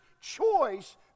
choice